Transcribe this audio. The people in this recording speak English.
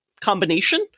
combination